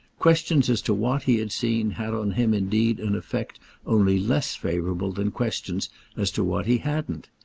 questions as to what he had seen had on him indeed an effect only less favourable than questions as to what he hadn't.